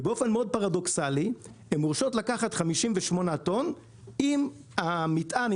ובאופן מאוד פרדוקסלי הן מורשות לקחת 58 טון אם המטען,